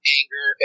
anger